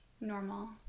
normal